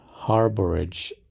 harborage